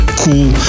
cool